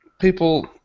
people